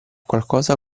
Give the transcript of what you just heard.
qualcosa